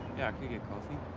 yeah, i could get coffee.